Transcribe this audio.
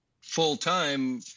full-time